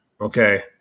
Okay